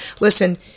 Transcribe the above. Listen